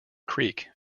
creek